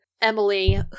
Emily